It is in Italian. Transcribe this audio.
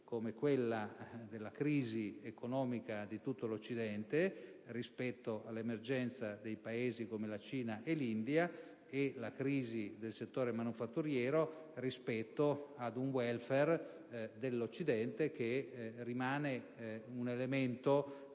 riferisco alla crisi economica di tutto l'Occidente rispetto all'emergenza di Paesi come la Cina e l'India, e alla crisi del settore manifatturiero rispetto ad un *welfare* dell'Occidente che rimane un elemento